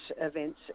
events